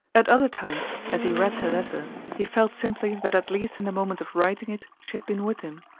at other times, as he read her letter, he felt simply that at least in the moment of writing it she had been with him.